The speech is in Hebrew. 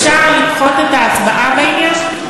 אפשר לדחות את ההצבעה בעניין?